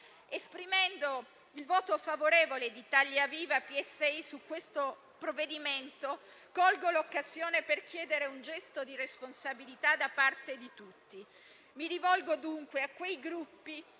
Esprimendo il voto favorevole di Italia Viva-PSI al provvedimento in esame, colgo l'occasione per chiedere un gesto di responsabilità da parte di tutti. Mi rivolgo, dunque, a quei Gruppi